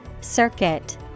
Circuit